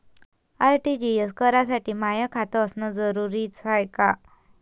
RTGS करासाठी माय खात असनं जरुरीच हाय का?